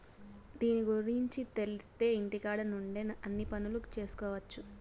దీని గురుంచి తెలిత్తే ఇంటికాడ నుండే అన్ని పనులు చేసుకొవచ్చు